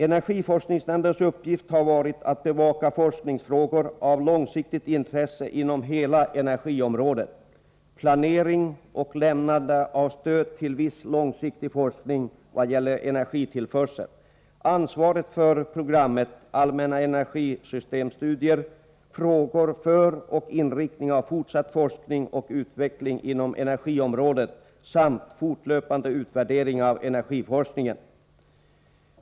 Energiforskningsnämndens uppgift har varit att bevaka forskningsfrågor av långsiktigt intresse inom hela energiområdet, att planera och lämna stöd till viss långsiktig forskning i vad gäller energitillförsel, att ansvara för programmet Allmänna energisystemstudier, frågor för och inriktning av fortsatt forskning och utveckling inom energiområdet samt en fortlöpande utvärdering av energiforskningen.